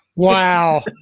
Wow